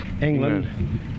England